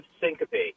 syncope